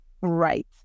right